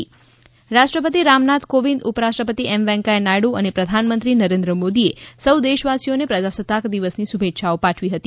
પ્રજાસત્તાક પર્વ રાષ્ટ્રપતિ રામનાથ કોવિંદ ઉપરાષ્ટ્રપતિ એમ વૈકેયા નાયડ અને પ્રધાનમંત્રી નરેન્દ્ર મોદીએ સૌ દેશવાસીઓને પ્રજાસતાક દિવસની શુભેચ્છઆઓ પાઠવી હતી